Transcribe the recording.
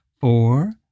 four